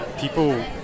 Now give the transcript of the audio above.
people